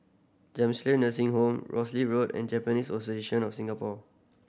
Jamiyah Nursing Home Rosyth Road and Japanese Association of Singapore